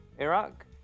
Iraq